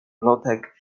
plotek